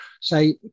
say